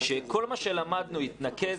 שכל מה שלמדנו התנקז.